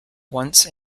once